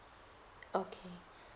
okay